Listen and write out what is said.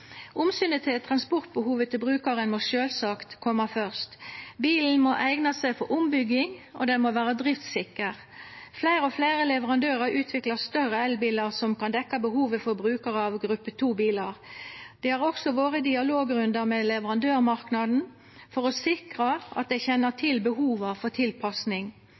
Omsynet til transportbehovet til brukaren må sjølvsagt koma først. Bilen må eigna seg for ombygging og må vera driftssikker. Fleire og fleire leverandørar utviklar større elbilar som kan dekkja behovet for brukarar av gruppe 2-bilar. Det har også vore dialogrundar med leverandørmarknaden for å sikra at dei kjenner til behova for tilpassing.